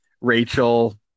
Rachel